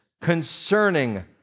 concerning